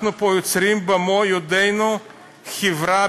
אנחנו פה יוצרים במו-ידינו חברה,